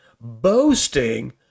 boasting